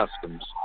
customs